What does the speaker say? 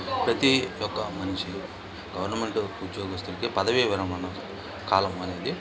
ప్రతీ ఒక మనిషి గవర్నమెంట్ ఉద్యోగస్థునికి పదవి విరమణ కాలం అనేది